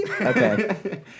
Okay